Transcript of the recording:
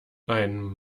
ein